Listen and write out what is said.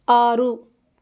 ఆరు